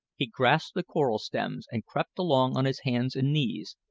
he grasped the coral stems and crept along on his hands and knees,